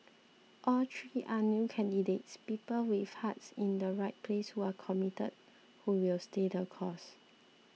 all three are new candidates people with hearts in the right place who are committed who will stay the course